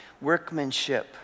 Workmanship